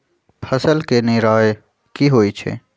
फसल के निराया की होइ छई?